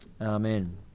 Amen